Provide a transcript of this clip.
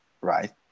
Right